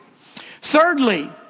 Thirdly